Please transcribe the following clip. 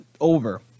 over